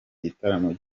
gitaramo